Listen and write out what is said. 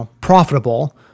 profitable